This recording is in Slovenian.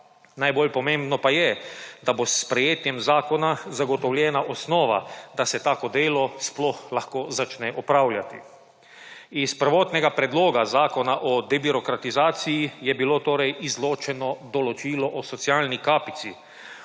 Najbolj pomembno pa je, da bo s sprejetjem zakona zagotovljena osnova, da se tako delo sploh lahko začne opravljati. Iz prvotnega Predloga zakona o debirokratizaciji je bilo torej izločeno določilo o socialni kapici.